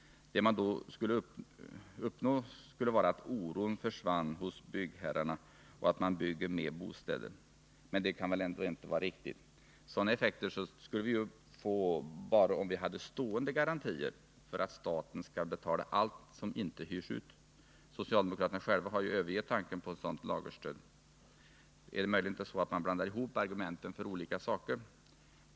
Det man då uppnår skulle vara att oron försvinner hos byggherrarna och att man bygger fler bostäder. Men det är väl ändå inte riktigt. Sådana effekter skulle vi ju få bara om vi hade stående garantier för att staten skall betala allt som inte hyrs ut. Socialdemokraterna själva har ju övergett tanken på ett sådant lagerstöd. Är det inte möjligen så att man blandat ihop argumenten för olika saker?